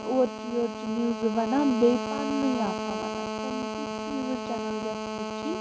اورچہِ یورچہِ نِوزٕ ونان بیٚیہِ پَننُے آسان وَنان سۄ تِژھ نِوٕز چیٚنَل گژھہِ وُچھِنۍ